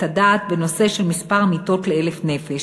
הדעת בנושא של מספר המיטות ל-1,000 נפש,